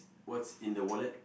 what's in the wallet